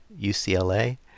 UCLA